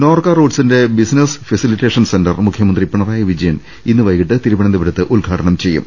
നോർക്ക റൂട്സിന്റെ business facilitation centre മുഖ്യ മന്ത്രി പിണറായി വിജയൻ ഇന്ന് വ്വൈകീട്ട് തിരുവനന്തപുരത്ത് ഉദ്ഘാ ടനം ചെയ്യും